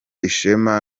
ishema